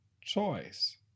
choice